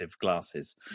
glasses